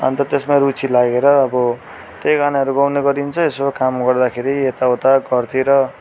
अन्त तेसमा रुचि लागेर आबो केही गानाहरू गाउने गरिन्छ यसो काम गर्दाखेरि यताउता घरतिर